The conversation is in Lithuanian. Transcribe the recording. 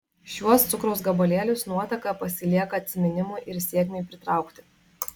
šiuos cukraus gabalėlius nuotaka pasilieka atsiminimui ir sėkmei pritraukti